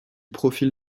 profil